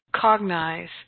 cognize